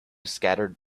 scattered